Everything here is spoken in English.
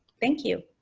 thank you.